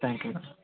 thank you madam